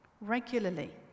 regularly